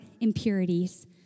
impurities